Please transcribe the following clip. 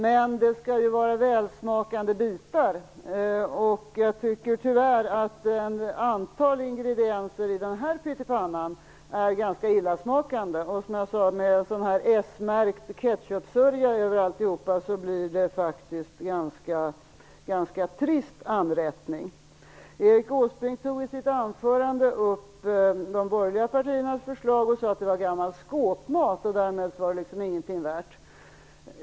Men det skall ju vara välsmakande bitar, och jag tycker tyvärr att ett antal ingredienser i den här pyttipannan är ganska illasmakande. Som jag sade, med sådan här s-märkt ketchupsörja över alltihop blir det faktiskt en ganska trist anrättning. Erik Åsbrink tog i sitt anförande upp de borgerliga partiernas förslag och sade att det var gammal skåpmat. Därmed var det liksom ingenting värt.